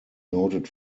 noted